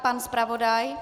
Pan zpravodaj?